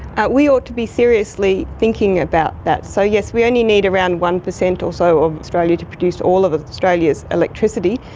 we ought to be seriously thinking about that. so yes, we only need around one percent or so of australia to produce all of of australia's electricity,